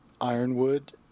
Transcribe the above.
ironwood